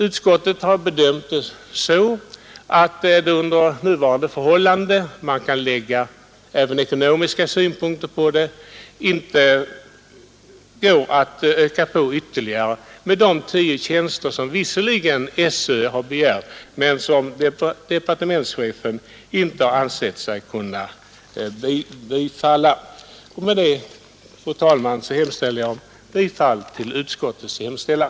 Utskottet har bedömt det så, att det under nuvarande förhållanden — man kan även lägga ekonomiska synpunkter på detta — inte går att öka på ytterligare med de tio tjänster som visserligen skolöverstyrelsen har begärt men som departementschefen inte har ansett sig kunna tillstyrka. Med detta yrkar jag, fru talman, bifall till utskottets hemställan.